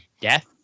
death